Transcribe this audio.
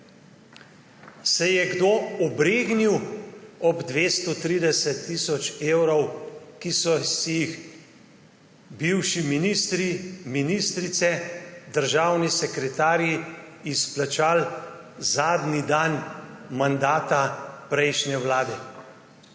Se je kdo obregnil ob 230 tisoč evrov, ki so si jih bivši ministri, ministrice, državni sekretarji izplačali zadnji dan mandata prejšnje vlade?